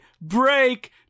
break